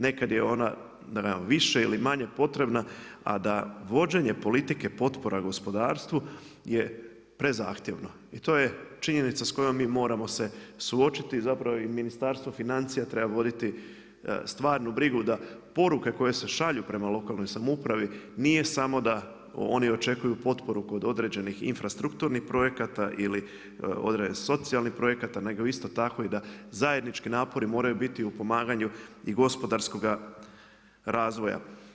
Neka je ona više ili manje potrebna, a da vođenje politike potpora gospodarstvu je prezahtjevno i to j činjenica s kojim mi moramo se suočiti i zapravo Ministarstvo financija treba voditi stvarnu brigu da poruke koje se šalju prema lokalnoj samoupravi, nije samo da oni očekuju potporu kod određenih infrastrukturnih projekata ili socijalnih projekata, nego isto tako i da zajednički napori moraju biti u pomaganju i gospodarskoga razvoja.